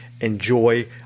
enjoy